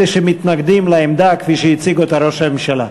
אלה שמתנגדים לעמדה כפי שהציג אותה ראש הממשלה.